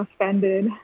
offended